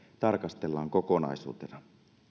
tarkastellaan kokonaisuutena